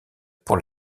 pour